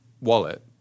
wallet